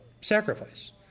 sacrifice